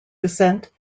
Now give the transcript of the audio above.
descent